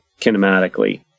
kinematically